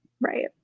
Right